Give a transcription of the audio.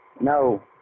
No